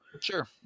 Sure